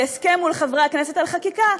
בהסכם מול חברי הכנסת על חקיקה,